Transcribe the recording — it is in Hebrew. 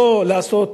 לא לעשות